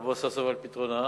תבוא סוף-סוף על פתרונה.